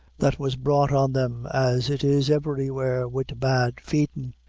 that was brought on them, as it is everywhere, wid bad feedin'.